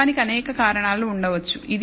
ఈ లోపానికి అనేక కారణాలు ఉండవచ్చు